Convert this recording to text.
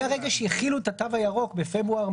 ומרגע שהחילו את התו הירוק בפברואר,